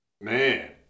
Man